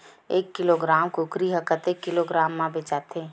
एक किलोग्राम कुकरी ह कतेक किलोग्राम म बेचाथे?